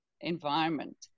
environment